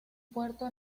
puerto